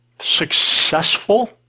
successful